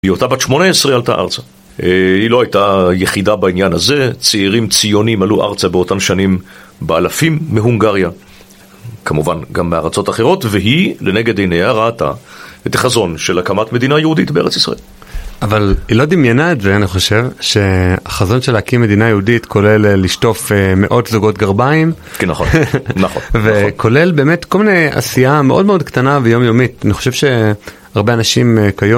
היא אותה בת שמונה עשרה עלתה ארצה, היא לא הייתה יחידה בעניין הזה, צעירים ציונים עלו ארצה באותן שנים באלפים מהונגריה, כמובן גם מארצות אחרות, והיא לנגד עינייה ראתה את החזון של הקמת מדינה יהודית בארץ ישראל. אבל היא לא דמיינה את זה אני חושב, שהחזון של להקים מדינה יהודית כולל לשטוף מאות זוגות גרביים. כן נכון, נכון. וכולל באמת כל מיני עשייה מאוד מאוד קטנה ויומיומית, אני חושב שהרבה אנשים כיום.